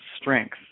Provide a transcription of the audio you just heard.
strength